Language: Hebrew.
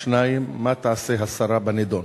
2. מה תעשה השרה בנדון?